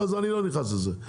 אני לא נכנס לזה.